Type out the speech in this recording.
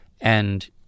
and-